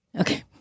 Okay